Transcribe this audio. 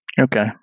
Okay